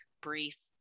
brief